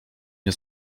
nie